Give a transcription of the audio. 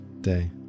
day